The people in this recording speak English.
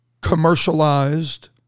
commercialized